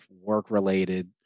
work-related